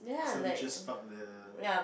so bitches spark the